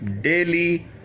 daily